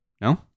no